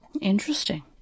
Interesting